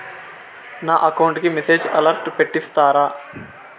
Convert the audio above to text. నా అకౌంట్ కి message alert పెట్టిస్తారా